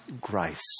grace